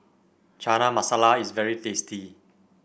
Chana Masala is very tasty